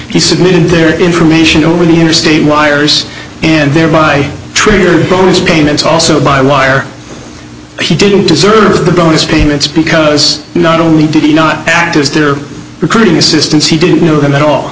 he submitted their information over the interstate wires and thereby triggered bonus payments also by wire he didn't deserve the bonus payments because not only did he not act as their recruiting assistance he didn't know them at all